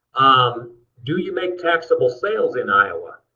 um do you make taxable sales in iowa?